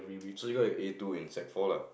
so you got an A two in sec four lah